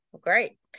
Great